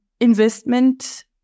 investment